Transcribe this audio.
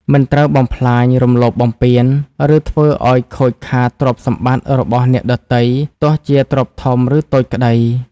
មិនត្រូវបំផ្លាញ រំលោភបំពាន ឬធ្វើឲ្យខូចខាតទ្រព្យសម្បត្តិរបស់អ្នកដទៃ ទោះជាទ្រព្យធំ ឬតូចក្តី។